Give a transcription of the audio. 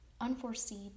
unforeseen